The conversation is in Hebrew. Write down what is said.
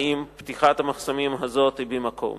האם פתיחת המחסומים הזאת היא במקום